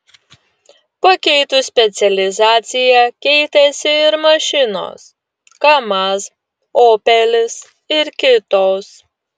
pakeitus specializaciją keitėsi ir mašinos kamaz opelis ir kitos